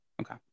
okay